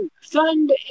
fund